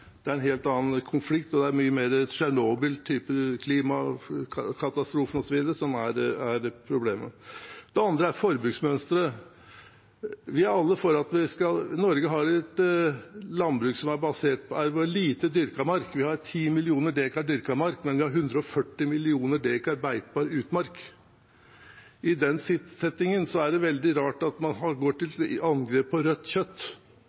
lever i en helt annen verden. Det er helt andre konflikter, det er mye mer typen Tsjernobyl, klimakatastrofer osv. som er problemet. Det andre er forbruksmønsteret. Norge har et landbruk med lite dyrket mark. Vi har 10 millioner dekar dyrket mark, men vi har 140 millioner dekar beitebar utmark. I den settingen er det veldig rart at man går til angrep på rødt kjøtt.